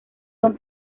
son